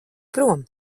prom